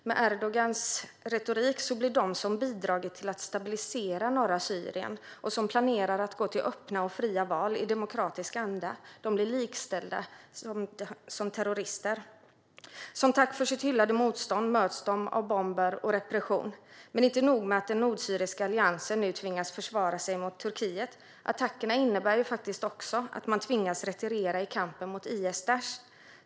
Med Erdogans retorik blir de som bidragit till att stabilisera norra Syrien och som planerar att gå till öppna och fria val i demokratisk anda likställda med terrorister. Som tack för sitt hyllade motstånd möts de av bomber och repression. Men inte nog med att den nordsyriska alliansen nu tvingas försvara sig mot Turkiet, attackerna innebär också att man tvingas retirera i kampen mot IS/Daish.